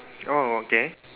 oh okay